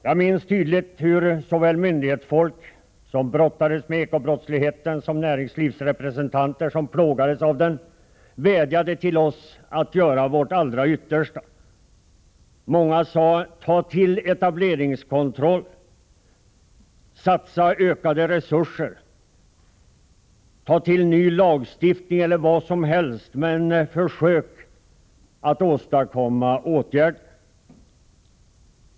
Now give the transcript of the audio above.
Jag minns tydligt hur både myndighetsfolk, som kämpade med eko-brottsligheten, och näringslivsrepresentanter, som plågades av den, vädjade till oss att göra vårt allra yttersta. Många sade: Ta till etableringskontroll, satsa ökade resurser, ta till ny lagstiftning eller gör vad som helst, men försök att åstadkomma åtgärder!